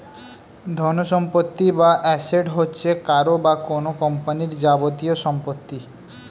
ধনসম্পত্তি বা অ্যাসেট হচ্ছে কারও বা কোন কোম্পানির যাবতীয় সম্পত্তি